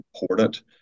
important